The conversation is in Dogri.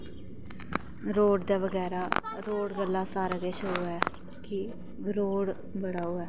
रोड़ दे बगैरा रोड़ दे बारै ई सब किश ऐ कि रोड़ बड़ा ओह् ऐ